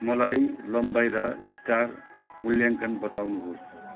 मलाई लम्बाई र स्टार मूल्याङ्कन बताउनुहोस्